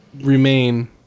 remain